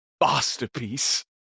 masterpiece